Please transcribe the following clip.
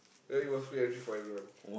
ya it was free entry for everyone